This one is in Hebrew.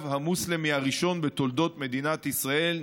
המוסלמי הראשון בתולדות מדינת ישראל,